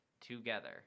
together